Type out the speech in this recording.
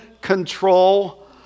control